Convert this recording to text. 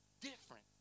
different